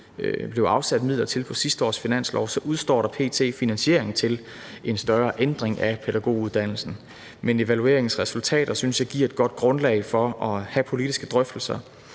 fik afsat midler på sidste års finanslov, udestår der p.t. finansiering til en større ændring af pædagoguddannelsen. Men evalueringens resultater synes jeg giver et godt grundlag for at have politiske drøftelser